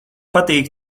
patīk